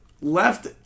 left